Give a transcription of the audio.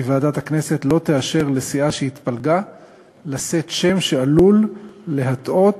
ועדת הכנסת לא תאשר לסיעה שהתפלגה לשאת שם שעלול להטעות,